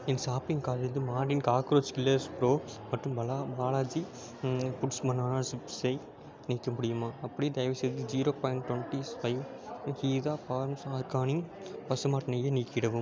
என் shopping கார்ட்டிலிருந்து Mortein cockroach killer spray மற்றும் Balaji foods banana சிப்ஸை நீக்க முடியுமா அப்படியே தயவுசெய்து zero point twenty five Hitha farms organic பசுமாட்டு நெய்யை நீக்கிடவும்